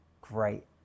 great